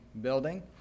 building